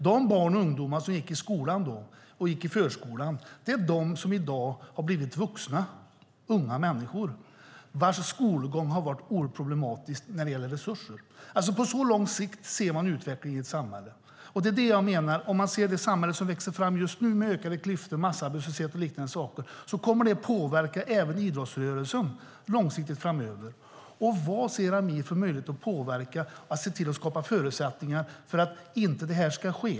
De barn och ungdomar som gick i förskolan och skolan då är de som i dag har blivit vuxna, unga människor. Deras skolgång har varit oerhört problematisk när det gäller resurser. På så lång sikt ser man alltså utvecklingen i ett samhälle. Det är det jag menar - ser man det samhälle som växer fram just nu med ökade klyftor, massarbetslöshet och liknande saker ser man att det kommer att påverka även idrottsrörelsen långsiktigt. Vad ser Amir för möjligheter att påverka och skapa förutsättningar för att det inte ska ske?